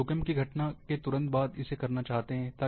वे भूकंप की घटना के तुरंत बाद करना चाहते हैं